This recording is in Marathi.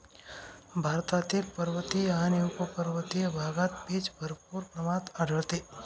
भारतातील पर्वतीय आणि उपपर्वतीय भागात पीच भरपूर प्रमाणात आढळते